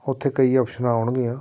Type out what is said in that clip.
ਉੱਥੇ ਕਈ ਆਪਸ਼ਨਾਂ ਆਉਣਗੀਆਂ